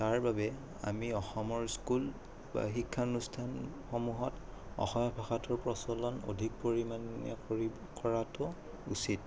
তাৰবাবে আমি অসমৰ স্কুল বা শিক্ষানুস্থানসমূহত অসমীয়া ভাষাটোৰ প্ৰচলন অধিক পৰিমাণে কৰি কৰাটো উচিত